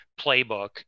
playbook